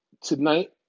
tonight